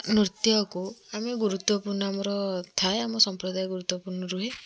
ନୃତ୍ୟକୁ ଆମେ ଗୁରୁତ୍ୱପୂର୍ଣ୍ଣ ଆମର ଥାଏ ଆମ ସମ୍ପ୍ରଦାୟ ଗୁରୁତ୍ୱପୂର୍ଣ୍ଣ ରୁହେ